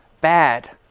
Bad